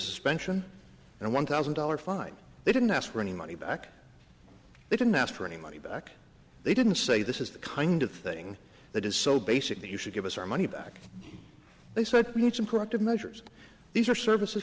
suspension and one thousand dollars fine they didn't ask for any money back they didn't ask for any money back they didn't say this is the kind of thing that is so basic that you should give us our money back they said we need some corrective measures these are services